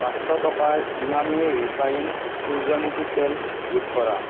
পাঁচশ টকাৰ ইমামী ৰিফাইণ্ড সূৰ্য্যমুখী তেল যোগ কৰা